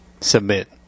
submit